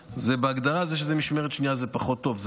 בהגדרה משמרת שנייה זה פחות טוב,